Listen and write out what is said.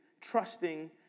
trusting